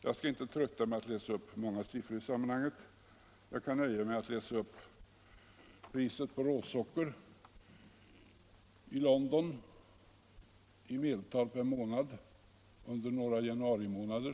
Jag skall inte trötta med att läsa upp alltför många siffror i sammanhanget; jag kan nöja mig med att läsa upp priserna på råsocker i London under några januarimånader.